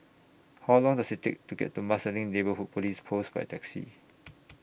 How Long Does IT Take to get to Marsiling Neighbourhood Police Post By Taxi